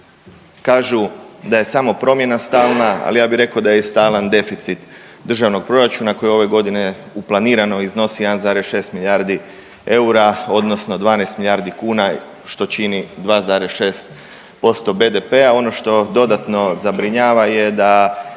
kažu da je samo promjena stalna, ali ja bi rekao da je i stalan deficit državnog proračuna koji je ove godine uplanirano iznosi 1,6 milijardi eura odnosno 12 milijardi kuna što čini 2,6% BDP-a. Ono što dodatno zabrinjava je da,